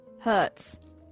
Hurts